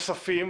נוספים.